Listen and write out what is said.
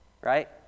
right